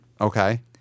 Okay